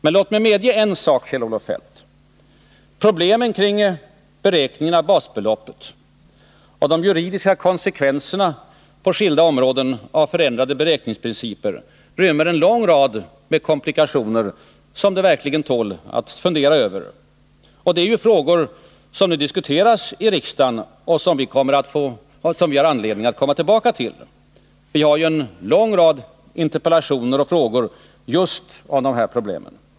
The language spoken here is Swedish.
Men låt mig medge en sak, Kjell-Olof Feldt: Problemen kring beräkningen av basbeloppet och de juridiska konsekvenserna av förändrade beräkningsprinciper på skilda områden rymmer en lång rad komplikationer, som det verkligen tål att fundera över. Det är frågor som nu diskuteras i riksdagen och som vi har anledning att komma tillbaka till — vi har ju en lång rad interpellationer och frågor just om de här problemen.